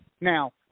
Now